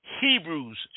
Hebrews